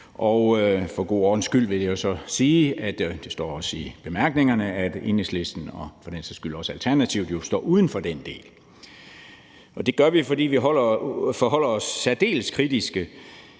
For god ordens skyld vil jeg sige – det står også i bemærkningerne – at Enhedslisten og for den sags skyld også Alternativet jo står uden for den del. Og det gør vi, fordi vi forholder os særdeles kritisk